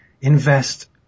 invest